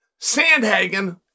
Sandhagen